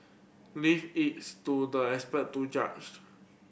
leave its to the expert to judge